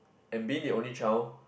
and being the only child